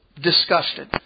disgusted